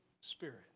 Spirit